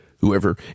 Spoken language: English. Whoever